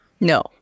No